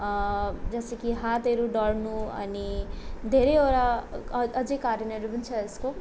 जसै कि हातहरू डढ्नु अनि धेरैवटा अ अझै करणहरू पनि छ यसको